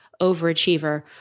overachiever